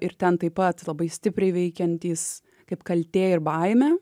ir ten taip pat labai stipriai veikiantys kaip kaltė ir baimę